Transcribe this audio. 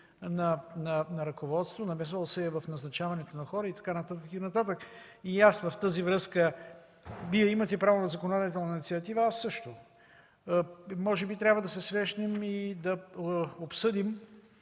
на ръководство, намесил се е в назначаването на хора и така нататък. И в тази връзка – Вие имате право на законодателна инициатива, аз – също. Може би трябва да се срещнем и да обсъдим